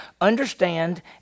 Understand